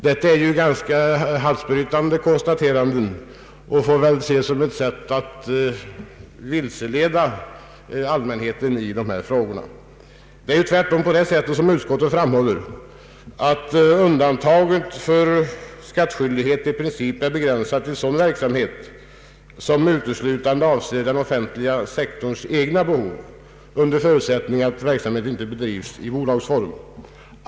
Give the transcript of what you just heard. Detta är ganska halsbrytande konstateranden och får väl ses som ett sätt att vilseleda allmänheten i dessa frågor. Det är tvärtom på det sättet, som utskottet framhåller, att undantaget från skattskyldighet i princip är begränsat till sådan verksamhet som uteslutande avser den offentliga sektorns egna behov, under förutsättning att verksamheten inte bedrivs i bolagsform.